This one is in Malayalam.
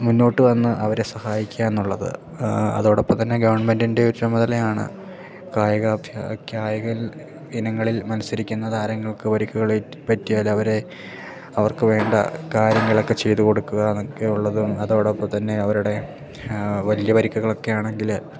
മുന്നോട്ടു വന്ന് അവരെ സഹായിക്കുകയെന്നുള്ളത് അതോടൊപ്പം തന്നെ ഗവൺമെൻറിൻ്റെ ചുമതലയാണ് കയികാഭ്യാ കായിക ഇനങ്ങളിൽ മത്സരിക്കുന്ന താരങ്ങൾക്ക് പരിക്കുകൾ പറ്റിയാൽ അവരെ അവർക്കു വേണ്ട കാര്യങ്ങളൊക്കെ ചെയ്ത് കൊടുക്കുക എന്നൊക്കെയുള്ളതും അതോടൊപ്പം തന്നെ അവരുടെ വലിയ പരിക്കുകളൊക്കെ ആണെങ്കിൽ